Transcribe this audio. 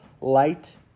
light